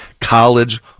college